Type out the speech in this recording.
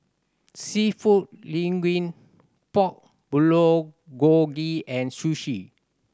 Seafood Linguine Pork Bulgogi and Sushi